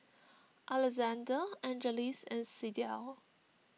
Alexandr Angeles and Sydell